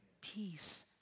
peace